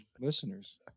listeners